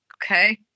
okay